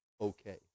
okay